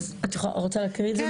אז את רוצה להקריא את זה מחדש?